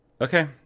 Okay